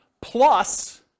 plus